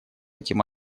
этим